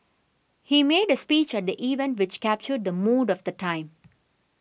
he made a speech at the event which captured the mood of the time